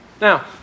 Now